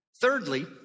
Thirdly